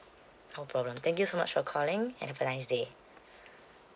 no problem thank you so much for calling and have a nice day